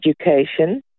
education